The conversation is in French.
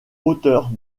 hauteurs